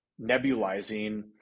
nebulizing